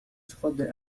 تفضل